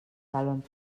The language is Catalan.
salven